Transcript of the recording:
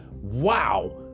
wow